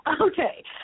Okay